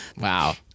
Wow